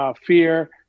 fear